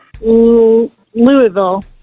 Louisville